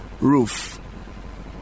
roof